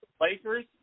Lakers